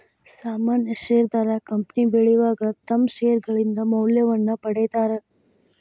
ಸಾಮಾನ್ಯ ಷೇರದಾರ ಕಂಪನಿ ಬೆಳಿವಾಗ ತಮ್ಮ್ ಷೇರ್ಗಳಿಂದ ಮೌಲ್ಯವನ್ನ ಪಡೇತಾರ